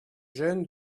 jeunes